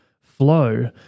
flow